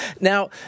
Now